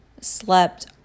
slept